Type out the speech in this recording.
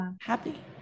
happy